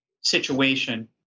situation